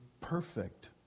perfect